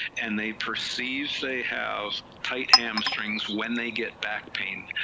and they perceive they have tight hamstrings when they get back pain,